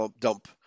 dump